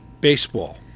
baseball